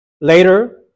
Later